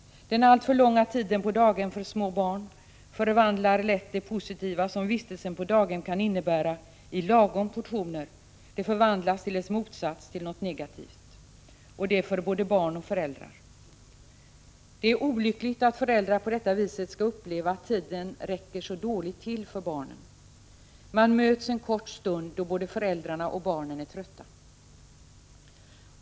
Den alltför långa tiden på daghem för små barn förvandlar lätt det positiva som vistelsen på daghem kan innebära i lagom portioner till dess motsats, nämligen något negativt, både för barn och för föräldrar. Det är olyckligt att föräldrar på detta vis skall uppleva att tiden räcker så dåligt till för barnen. Man möts en kort stund då både föräldrarna och barnen är trötta.